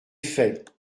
faits